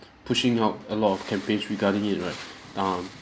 pushing out a lot of campaigns regarding it right down